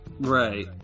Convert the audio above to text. Right